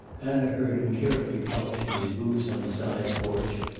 anna heard him carefully polishing his boots on the side porch,